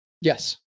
Yes